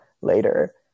later